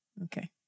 Okay